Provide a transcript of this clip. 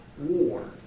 war